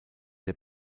der